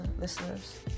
listeners